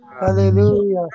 Hallelujah